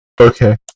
Okay